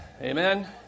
Amen